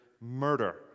murder